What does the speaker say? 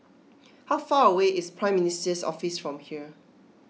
how far away is Prime Minister's Office from here